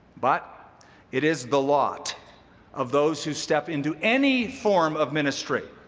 but it is the lot of those who step into any form of ministry.